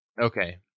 Okay